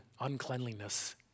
uncleanliness